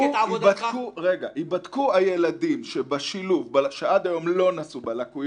ייבדקו הילדים בשילוב שעד היום לא נסעו,